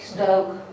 Stoke